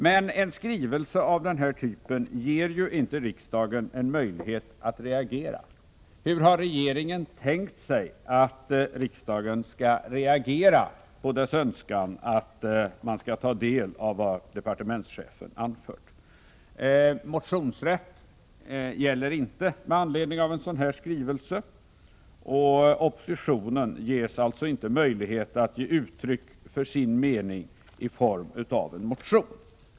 Men en skrivelse av den här typen ger ju inte riksdagen en möjlighet att reagera. Hur har regeringen tänkt sig att riksdagen skall reagera på regeringens önskan att man skall ta del av vad departementschefen anför? Motionsrätten gäller inte en sådan här skrivelse. Oppositionen ges alltså inte möjlighet att ge uttryck för sin mening i form av en motion.